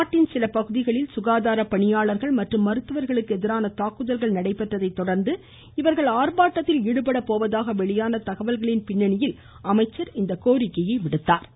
நாட்டின் சில பகுதிகளில் சுகாதார பணியாளர்கள் மற்றும் மருத்துவர்களுக்கு எதிரான தாக்குதல்கள் நடைபெற்றதை தொடர்ந்து இவர்கள் ஆர்ப்பாட்டத்தில் ஈடுபடப் போவதாக வெளியான தகவல்களின் பின்னணியில் அமைச்சர் இந்த கோரிக்கையை விடுத்துள்ளா்